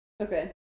okay